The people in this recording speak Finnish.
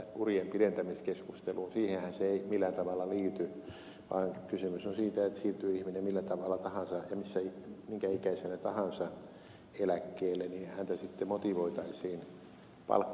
siihenhän se ei millään tavalla liity vaan kysymys on siitä että siirtyy ihminen millä tavalla tahansa ja minkä ikäisenä tahansa häntä motivoitaisiin palkkatyöhön